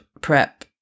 prep